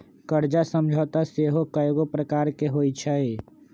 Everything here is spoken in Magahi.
कर्जा समझौता सेहो कयगो प्रकार के होइ छइ